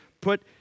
put